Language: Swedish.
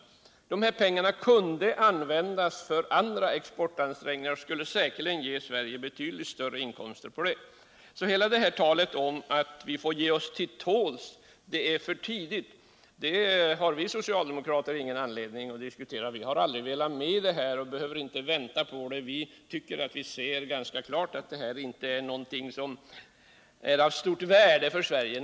De pengar som Sverige tecknat sig för kunde ju ha använts för andra exportansträngningar, som säkerligen skulle ha kunnat ge Sverige betydligt större inkomster. Hela talet om att vi bör ge oss till tåls och att det är för tidigt att säga någonting ännu har vi socialdemokrater ingen anledning att diskutera, eftersom vi aldrig velat vara med i Interamerikanska utvecklingsbanken. Vi behöver således inte vänta på resultat, utan vi tycker att vi redan nu ser ganska klart att detta medlemskap inte är någonting som är av värde för Sverige.